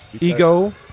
Ego